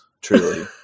truly